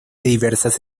diversas